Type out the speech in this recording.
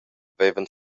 vevan